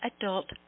adult